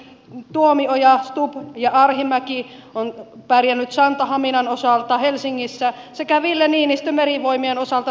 tuomioja stubb ja arhinmäki ovat pärjänneet santahaminan osalta helsingissä sekä ville niinistö merivoimien osalta turussa